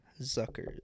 Zucker